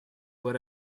what